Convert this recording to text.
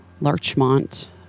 larchmont